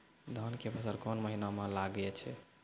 धान के फसल कोन महिना म लागे छै?